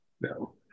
no